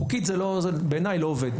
חוקית זה בעיניי לא עובד.